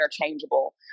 interchangeable